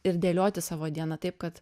ir dėlioti savo dieną taip kad